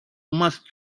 must